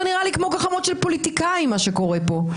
נראה לי כמו גחמות של פוליטיקאים מה שקורה פה.